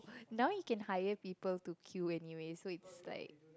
now you can hire people to queue anyways so it's like